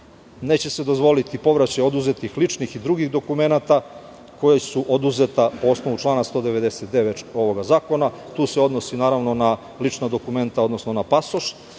Neće se dozvoliti povraćaj oduzetih ličnih i drugih dokumenata koja su oduzeta po osnovu člana 199. zakona tu se odnosi, naravno, na lična dokumenta, odnosno na pasoš